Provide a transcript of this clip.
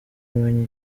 umenya